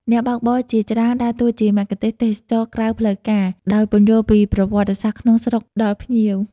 អ្នកបើកបរជាច្រើនដើរតួជាមគ្គុទ្ទេសក៍ទេសចរណ៍ក្រៅផ្លូវការ ដោយពន្យល់ពីប្រវត្តិសាស្ត្រក្នុងស្រុកដល់ភ្ញៀវ។